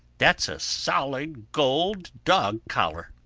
that's a solid gold dog-collar,